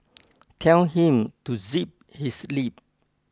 tell him to zip his lip